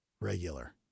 regular